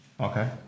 Okay